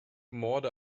morde